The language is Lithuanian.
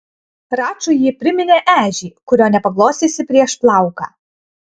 račui ji priminė ežį kurio nepaglostysi prieš plauką